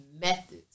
methods